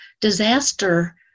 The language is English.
disaster